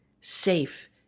safe